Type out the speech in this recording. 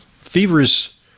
fevers